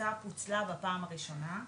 ההצעה פוצלה בפעם הראשונה.